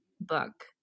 book